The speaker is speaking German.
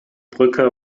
brücke